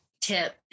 tip